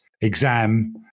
exam